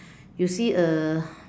you see a